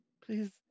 please